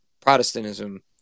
Protestantism